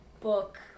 book